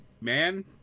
man